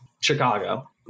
Chicago